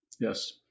Yes